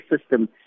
system